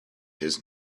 his